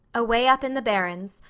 away up in the barrens,